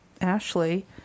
Ashley